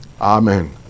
amen